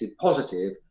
positive